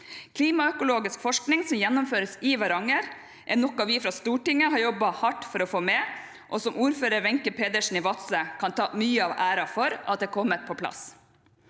Klimaøkologisk forskning som gjennomføres i Varanger, er noe vi fra Stortinget har jobbet hardt for å få med, og som ordfører Wenche Pedersen i Vadsø kan ta mye av æren for at er kommet på plass.